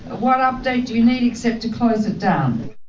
what update do you need, except to close it down?